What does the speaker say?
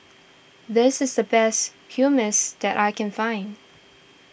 this is the best Hummus that I can find